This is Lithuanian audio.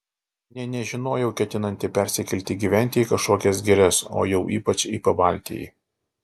nė nežinojau ketinanti persikelti gyventi į kažkokias girias o jau ypač į pabaltijį